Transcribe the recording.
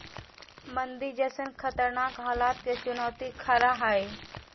मंदी जैसन खतरनाक हलात के चुनौती खरा हइ